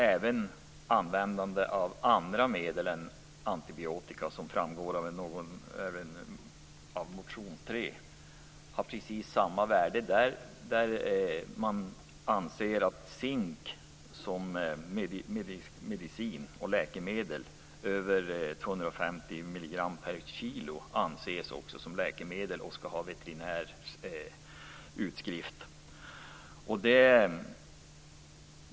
Även användandet av andra medel än antibiotika - vilket också framgår av motion Jo3 - har precis samma värde. Zink över 250 mg/kg anses också som läkemedel och kräver utskrift från veterinär.